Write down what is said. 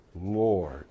Lord